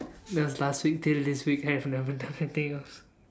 that was last week till this week I have never done anything else